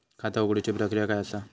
खाता उघडुची प्रक्रिया काय असा?